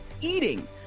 eating